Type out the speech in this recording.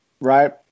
right